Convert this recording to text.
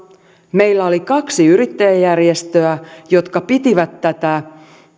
meillä oli kaksi yrittäjäjärjestöä jotka pitivät tätä